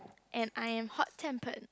and I am hot tempered